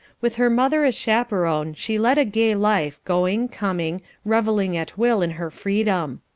with her mother as chaperon she led a gay life, going, coming, revelling at will in her freedom.